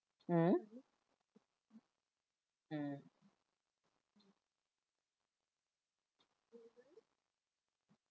mm mm